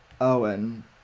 Owen